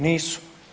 Nisu.